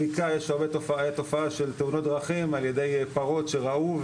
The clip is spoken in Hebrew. בבקעה היתה תופעה של תאונות דרכים על ידי פרות שרעו,